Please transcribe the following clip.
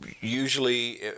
usually